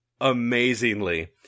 amazingly